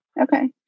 Okay